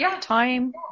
time